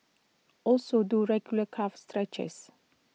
also do regular calf stretches